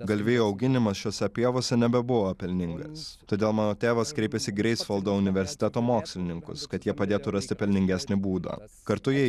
galvijų auginimas šiose pievose nebebuvo pelningas todėl mano tėvas kreipėsi greifsvaldo universiteto mokslininkus kad jie padėtų rasti pelningesnį būdą kartoje